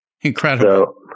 incredible